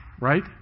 right